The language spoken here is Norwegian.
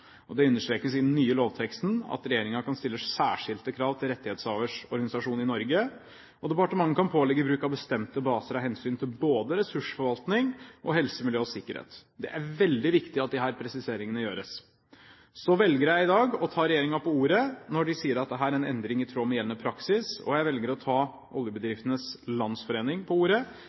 praksisen. Det understrekes i den nye lovteksten at regjeringen kan stille særskilte krav til rettighetshavers organisasjon i Norge. Og departementet kan pålegge bruk av bestemte baser av hensyn til både ressursforvaltning og helse, miljø og sikkerhet. Det er veldig viktig at disse presiseringene gjøres. Så velger jeg i dag å ta regjeringen på ordet når den sier at dette er en endring i tråd med gjeldende praksis, og jeg velger å ta Oljeindustriens Landsforening på ordet